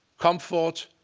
comfort,